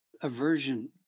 aversion